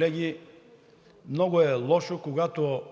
че е много лошо, когато